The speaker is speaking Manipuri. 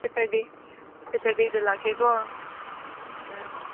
ꯁꯇꯔꯗꯦꯗ ꯂꯥꯛꯀꯦꯀꯣ ꯎꯝ